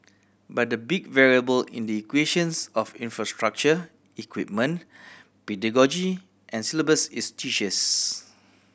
but the big variable in the equations of infrastructure equipment pedagogy and syllabus is teachers